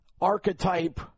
archetype